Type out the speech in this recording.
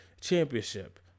championship